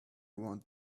want